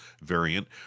variant